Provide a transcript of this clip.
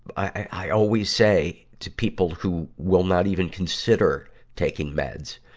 i, i always say to people who will not even consider taking meds,